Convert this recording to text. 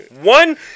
One